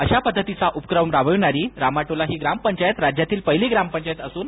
अशा पध्दतीचा उपक्रम राबविणारी रामटोला ग्रामपंचायत ही राज्यातील पहिली ग्रामपंच्यात असून